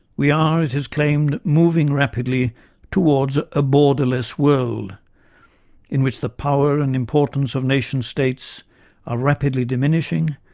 we are, it is claimed, moving rapidly towards a borderless world in which the power and importance of nation states are rapidly diminishing,